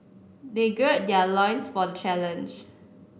they gird their loins for the challenge